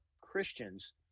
Christians